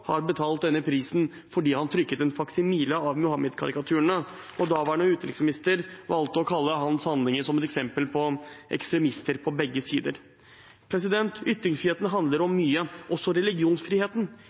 har betalt denne prisen, fordi han trykket en faksimile av Muhammed-karikaturene, og den daværende utenriksministeren valgte å omtale hans handlinger som et eksempel på at det var ekstremister på begge sider. Ytringsfrihet handler